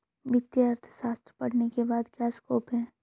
वित्तीय अर्थशास्त्र पढ़ने के बाद क्या स्कोप है?